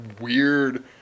weird